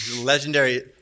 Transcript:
Legendary